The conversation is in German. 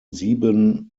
sieben